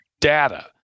data